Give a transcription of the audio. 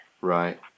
Right